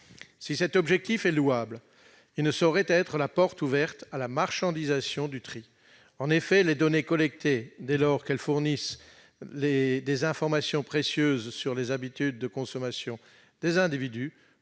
Si cet objectif est louable, il ne saurait être la porte ouverte à la marchandisation du tri. En effet, les données collectées, dès lors qu'elles fournissent des informations précieuses sur les habitudes de consommation des individus,